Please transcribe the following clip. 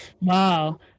Wow